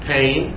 Pain